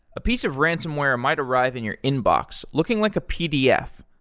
a piece of ransomware might arrive in your inbox looking like a pdf,